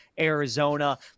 Arizona